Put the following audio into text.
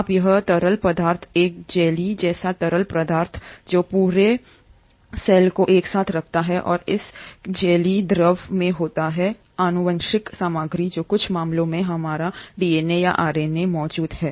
अब यह तरल पदार्थ एक जेली जैसा तरल पदार्थ जो पूरे सेल को एक साथ रखता है और यह इस जेलील द्रव में होता है आनुवांशिक सामग्री जो कुछ मामलों में हमारा डीएनए या आरएनए है मौजूद है